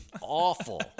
awful